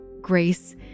grace